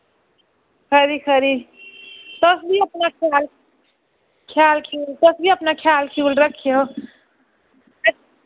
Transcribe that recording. खरी खरी तुस बी अपना ख्याल ख्याल खयूल तुस वी अपना ख्याल खयूल रक्खेओ